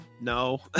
No